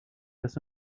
los